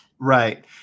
Right